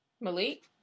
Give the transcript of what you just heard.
Malik